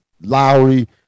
Lowry